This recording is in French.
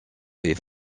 est